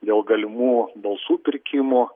dėl galimų balsų pirkimo